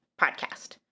podcast